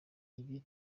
ibi